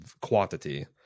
quantity